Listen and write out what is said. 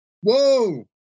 Whoa